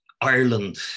Ireland